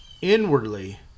inwardly